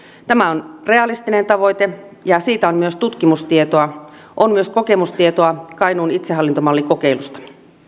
tämä on realistinen tavoite ja siitä on myös tutkimustietoa on myös kokemustietoa kainuun itsehallintomallikokeilusta